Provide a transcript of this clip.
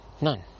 None